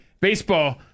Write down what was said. Baseball